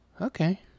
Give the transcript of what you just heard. Okay